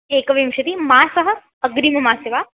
एकविंशतिः मासः अग्रिममासे वा